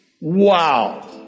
Wow